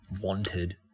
wanted